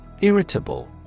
Irritable